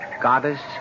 goddess